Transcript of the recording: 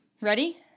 Ready